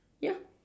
ya